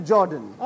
Jordan